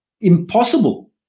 impossible